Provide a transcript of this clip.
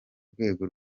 rwego